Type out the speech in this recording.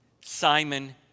Simon